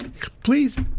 please